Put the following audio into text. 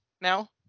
now